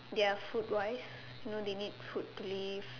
their food wise you know they need food to live